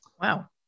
Wow